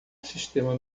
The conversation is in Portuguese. sistema